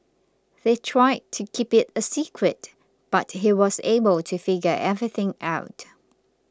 they tried to keep it a secret but he was able to figure everything out